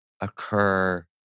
occur